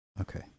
Okay